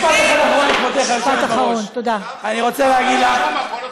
משפט אחרון, ברשותך, היושבת-ראש.